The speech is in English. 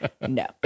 no